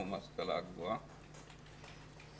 זו תשתית חשובה לרווחה הנפשית של כל אזרח ואזרחית,